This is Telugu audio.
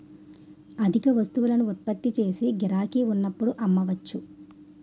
అధిక వస్తువులను ఉత్పత్తి చేసి గిరాకీ ఉన్నప్పుడు అమ్మవచ్చు